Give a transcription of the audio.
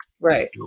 right